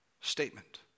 statement